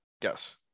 yes